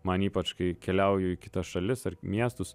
man ypač kai keliauju į kitas šalis ar miestus